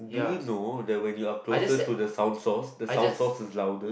do you know that when you are closer to the sound source the sound source is louder